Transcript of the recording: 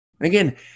Again